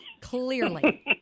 clearly